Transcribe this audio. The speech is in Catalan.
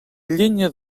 llenya